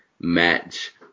match